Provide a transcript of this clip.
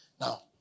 Now